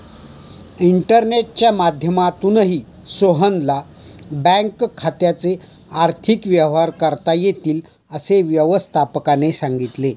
इंटरनेटच्या माध्यमातूनही सोहनला बँक खात्याचे आर्थिक व्यवहार करता येतील, असं व्यवस्थापकाने सांगितले